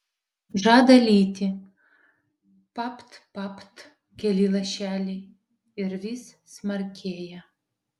žada lyti papt papt keli lašeliai ir vis smarkėja